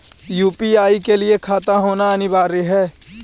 UPI के लिए खाता होना अनिवार्य है?